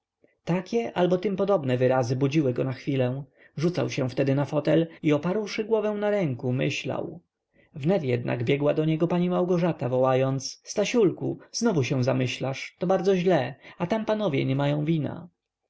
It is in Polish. takie albo tym podobne wyrazy budziły go na chwilę rzucał się wtedy na fotel i oparłszy głowę na ręku myślał wnet jednak biegła do niego pani małgorzata wołając stasiulku znowu się zamyślasz to bardzo źle a tam panowie nie mają wina